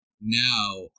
now